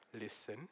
Listen